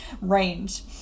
range